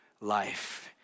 life